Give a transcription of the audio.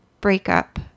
breakup